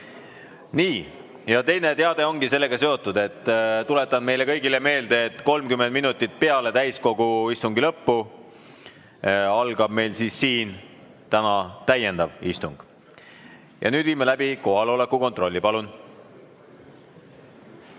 istung. Teine teade ongi sellega seotud. Tuletan teile kõigile meelde, et 30 minutit peale täiskogu istungi lõppu algab meil siin täna täiendav istung. Ja nüüd viime läbi kohaloleku kontrolli. Palun!